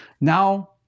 Now